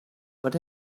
but